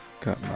Got